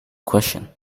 question